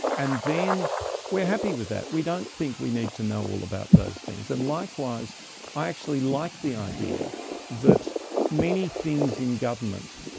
and then we are happy with that. we don't think we need to know all about those things. and likewise i actually like the idea that many things in government,